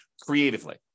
creatively